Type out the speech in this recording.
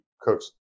cooks